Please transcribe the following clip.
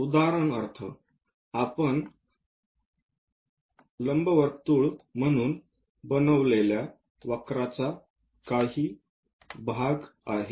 उदाहरणार्थ आपण लंबवर्तुळ म्हणून बनवलेल्या वक्रांचा काही भाग आहे